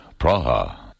Praha